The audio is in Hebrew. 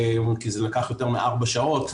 כי זה לקח יותר מארבע שעות,